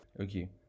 Okay